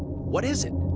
what is it?